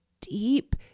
deep